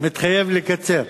אני מתחייב לקצר.